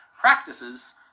practices